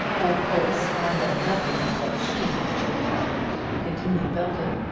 of course i know nothing of what she may think about it, continued belton.